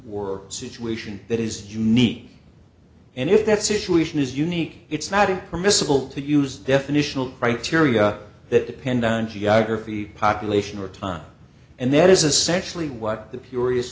or situation that is unique and if that situation is unique it's not a permissible to use definitional criteria that pin down geography population or time and that is essentially what the furious